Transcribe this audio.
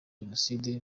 jenoside